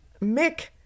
Mick